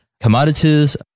commodities